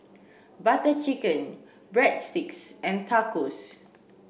Butter Chicken Breadsticks and Tacos